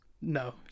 No